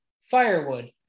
firewood